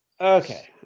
Okay